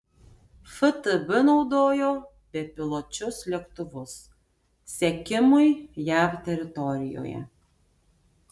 ftb naudojo bepiločius lėktuvus sekimui jav teritorijoje